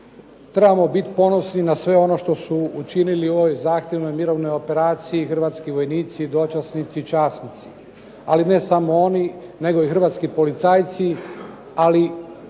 Trebamo biti ponosni na sve ono što su učinili u ovoj zahtjevnoj mirovnoj operaciji hrvatski vojnici, dočasnici, časnici ali ne samo oni nego i hrvatski policajci. Ali